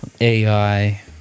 AI